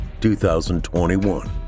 2021